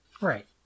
Right